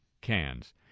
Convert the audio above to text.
cans